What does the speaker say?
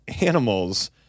animals